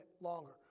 longer